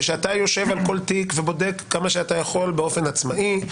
ושאתה יושב על כל תיק ובודק כמה שאתה יכול באופן עצמאי,